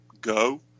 go